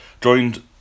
joined